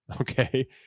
Okay